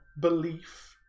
belief